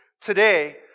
today